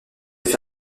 fait